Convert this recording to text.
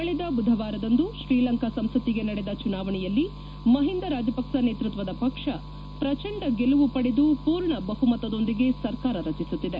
ಕಳೆದ ಬುಧವಾರದಂದು ಶ್ರೀಲಂಕಾ ಸಂಸತ್ತಿಗೆ ನಡೆದ ಚುನಾವಣೆಯಲ್ಲಿ ಮಹಿಂದಾ ರಾಜಪಕ್ಸ ನೇತೃತ್ವದ ಪಕ್ಷ ಪ್ರಚಂಡ ಗೆಲುವು ಪಡೆದು ಪೂರ್ಣ ಬಹುಮತದೊಂದಿಗೆ ಸರ್ಕಾರ ರಚಿಸುತ್ತಿದೆ